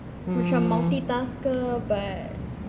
mm